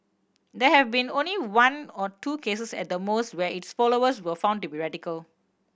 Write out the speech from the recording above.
there have been only one or two cases at the most where its followers were found to be radical